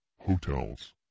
hotels